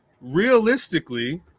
realistically